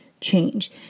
change